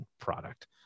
product